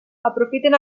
aprofiten